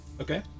okay